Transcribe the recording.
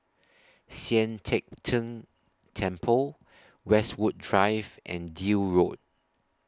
Sian Teck Tng Temple Westwood Drive and Deal Road